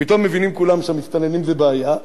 פתאום מבינים כולם שהמסתננים זה בעיה,